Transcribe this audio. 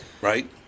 right